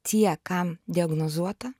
tie kam diagnozuota